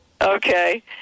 Okay